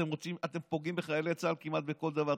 אתם פוגעים בחיילי צה"ל כמעט בכל דבר,